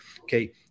Okay